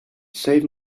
save